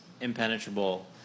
impenetrable